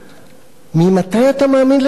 ממתי אתה מאמין לנתניהו?